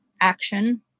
action